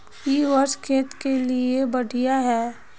इ वर्षा खेत के लिए बढ़िया है?